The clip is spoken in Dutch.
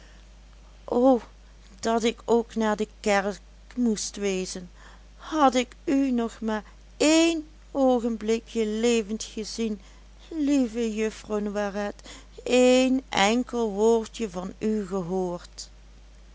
o dat ik ook naar de kerk moest wezen had ik u nog maar één oogenblikje levend gezien lieve juffrouw noiret een enkel woordje van u gehoord